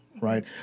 right